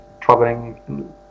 traveling